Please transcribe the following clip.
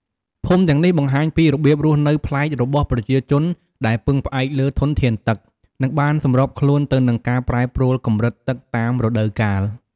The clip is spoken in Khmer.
ភូមិទាំងនេះបង្ហាញពីរបៀបរស់នៅប្លែករបស់ប្រជាជនដែលពឹងផ្អែកលើធនធានទឹក និងបានសម្របខ្លួនទៅនឹងការប្រែប្រួលកម្រិតទឹកតាមរដូវកាល។